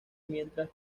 mientras